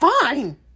fine